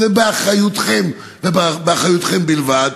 וזה באחריותכם ובאחריותכם בלבד.